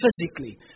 physically